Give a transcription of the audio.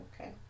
okay